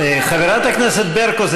חברת הכנסת ברקו,